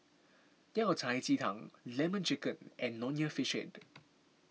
Yao Cai Ji Tang Lemon Chicken and Nonya Fish Head